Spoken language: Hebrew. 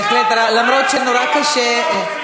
בהחלט, למרות שמאוד קשה.